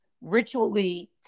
ritually